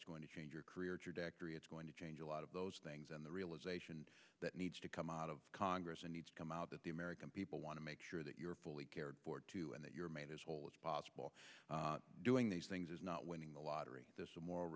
it's going to change your career trajectory it's going to change a lot of those things and the realization that needs to come out of congress and needs to come out that the american people want to make sure that you're fully cared for two and that you're made as whole as possible doing these things is not winning the lottery this